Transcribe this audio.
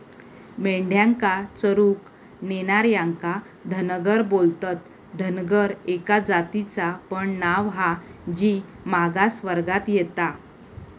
मेंढ्यांका चरूक नेणार्यांका धनगर बोलतत, धनगर एका जातीचा पण नाव हा जी मागास वर्गात येता